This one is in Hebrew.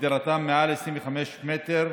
לדירתם מעל 25 מ"ר,